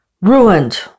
ruined